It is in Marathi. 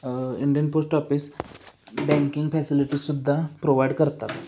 इंडियन पोस्ट ऑफिस बँकिंग फॅसिलिटीजसुद्धा प्रोव्हाइड करतात